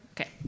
Okay